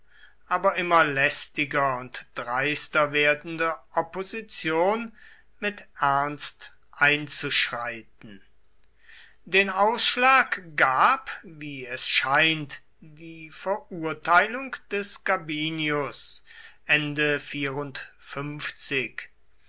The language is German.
aber immer lästiger und dreister werdende opposition mit ernst einzuschreiten den ausschlag gab wie es scheint die verurteilung des gabinius